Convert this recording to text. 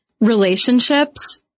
relationships